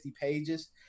pages